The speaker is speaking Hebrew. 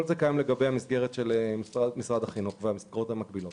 כל זה קיים לגבי המסגרת של משרד החינוך והמסגרות המקבילות.